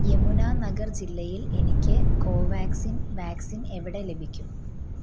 യമുനാനഗർ ജില്ലയിൽ എനിക്ക് Covaxin vaccine എവിടെ ലഭിക്കും